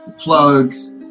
plugs